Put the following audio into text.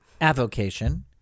avocation